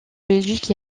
belgique